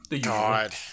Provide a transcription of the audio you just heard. God